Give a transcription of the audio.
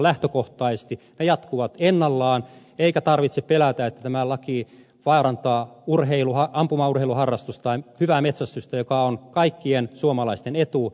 ne jatkuvat ennallaan eikä tarvitse pelätä että tämä laki vaarantaa ampumaurheiluharrastusta tai hyvää metsästystä joka on kaikkien suomalaisten etu